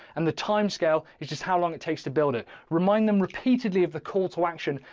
and the timescale is just how long it takes to build it. remind them repeatedly of the call to action.